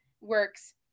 works